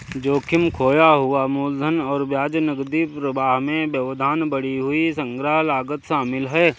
जोखिम, खोया हुआ मूलधन और ब्याज, नकदी प्रवाह में व्यवधान, बढ़ी हुई संग्रह लागत शामिल है